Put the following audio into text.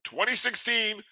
2016